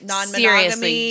Non-monogamy